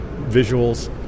visuals